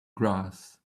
grass